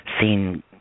seen